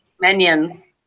minions